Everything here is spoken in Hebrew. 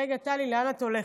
רגע, טלי, לאן את הולכת?